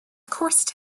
course